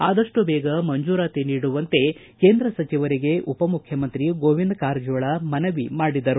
ಆದಷ್ಟು ಬೇಗ ಮಂಜೂರಾತಿ ನೀಡುವಂತೆ ಕೇಂದ್ರ ಸಚಿವರಿಗೆ ಉಪಮುಖ್ಯಮಂತ್ರಿ ಗೋವಿಂದ ಕಾರಜೋಳ ಮನವಿ ಮಾಡಿದರು